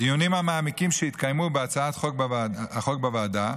בדיונים המעמיקים שהתקיימו בהצעת החוק בוועדה,